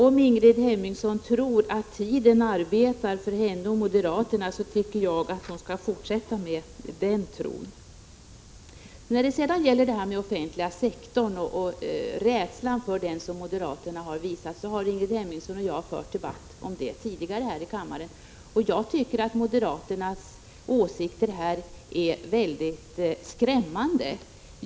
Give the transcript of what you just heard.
Om Ingrid Hemmingsson tror att tiden arbetar för henne och moderaterna tycker jag att hon skall fortsätta med den tron. Ingrid Hemmingsson och jag har tidigare här i kammaren debatterat den offentliga sektorn och den rädsla som moderaterna visar för den. Jag tycker att moderaternas åsikter i den frågan är skrämmande.